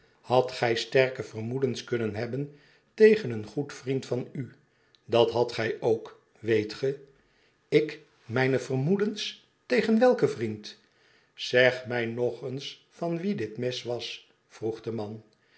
hadt gij sterke vermoedens kunnen hebben tegen een goed vnend van u dat hadt gij ook weet ge ik mijne vermoedens tegen welken vriend zeg mij nog eens van wien dit mes was vroeg de man